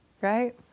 right